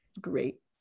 great